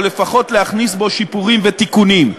או לפחות להכניס בו שיפורים ותיקונים.